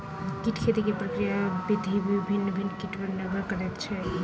कीट खेती के प्रक्रिया विधि भिन्न भिन्न कीट पर निर्भर करैत छै